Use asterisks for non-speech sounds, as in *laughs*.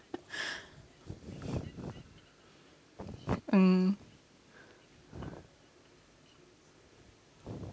*laughs* *breath* mm *breath*